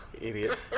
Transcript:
idiot